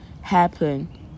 happen